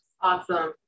Awesome